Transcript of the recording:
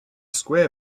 square